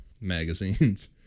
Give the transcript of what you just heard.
magazines